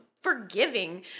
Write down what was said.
forgiving